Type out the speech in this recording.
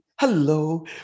hello